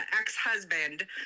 ex-husband